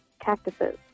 Cactuses